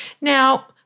Now